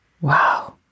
Wow